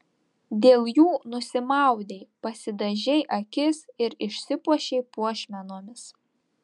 dėl jų nusimaudei pasidažei akis ir išsipuošei puošmenomis